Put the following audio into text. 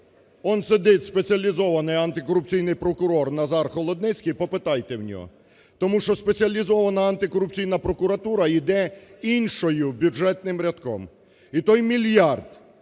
Он сидить спеціалізований антикорупційний прокурор Назар Холодницький, попитайте в нього. Тому що Спеціалізована антикорупційна прокуратура іде іншим бюджетним рядком. І той мільярд,